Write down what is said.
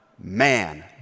man